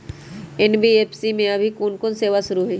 NBFC में अभी कोन कोन सेवा शुरु हई?